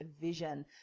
vision